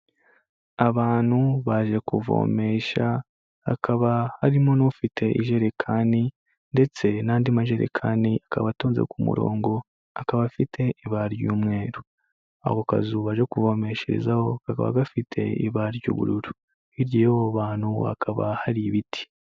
Abantu baje kuvomesha, hakaba harimo n'ufite ijerekani, ndetse n'andi majerekani akaba atunze ku murongo, akaba afite ibara ry'umweru. Ako kazu baje kuvomesherezaho kakaba gafite ibara ry'ubururu. Hirya y'abo bantu hakaba hari ibiti.